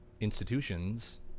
institutions